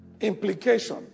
implication